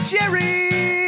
Jerry